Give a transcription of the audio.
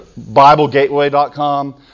BibleGateway.com